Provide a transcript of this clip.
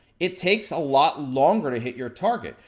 it takes a lot longer to hit your target.